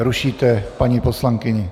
Rušíte paní poslankyni!